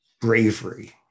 bravery